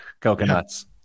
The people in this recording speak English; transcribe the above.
coconuts